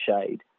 shade